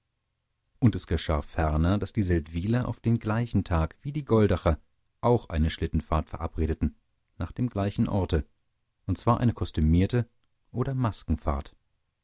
und es geschah ferner daß die seldwyler auf den gleichen tag wie die goldacher auch eine schlittenfahrt verabredeten nach dem gleichen orte und zwar eine kostümierte oder